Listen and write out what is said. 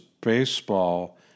baseball